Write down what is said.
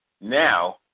Now